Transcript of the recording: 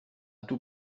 tout